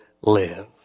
live